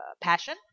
passion